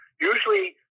Usually